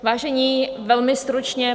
Vážení, velmi stručně.